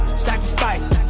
sacrificed,